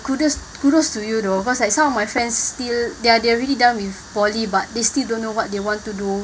kudos kudos to you though because like some of my friends still they they are already done with poly but they still don't know what they want to do